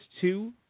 two